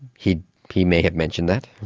he he may have mentioned that.